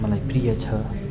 मलाई प्रिय छ